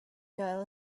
girl